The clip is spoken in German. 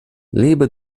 lebe